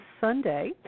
Sunday